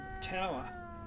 tower